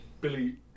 Billy